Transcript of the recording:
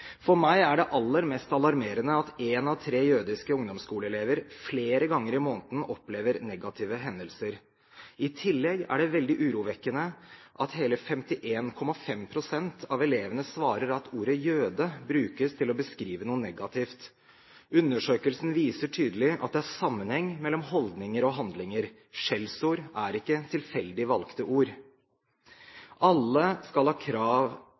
For meg er det aller mest alarmerende at én av tre jødiske ungdomsskoleelever flere ganger i måneden opplever negative hendelser. I tillegg er det veldig urovekkende at hele 51,5 pst. av elevene svarer at ordet «jøde» brukes til å beskrive noe negativt. Undersøkelsen viser tydelig at det er sammenheng mellom holdninger og handlinger. Skjellsord er ikke tilfeldig valgte ord. Alle skal ha krav